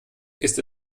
ist